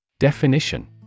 Definition